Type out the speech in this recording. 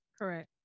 Correct